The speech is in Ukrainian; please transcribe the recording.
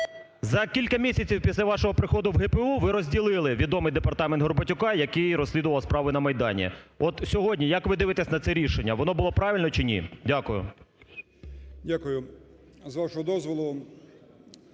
за кілька місяців після вашого приходу в ГПУ ви розділили відомий департамент Горбатюка, який розслідував справи на Майдані. От сьогодні як ви дивитесь на це рішення? Воно було правильно чи ні? Дякую. 14:07:51 ЛУЦЕНКО Ю.В.